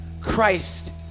Christ